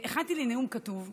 הכנתי לי נאום כתוב,